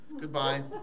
Goodbye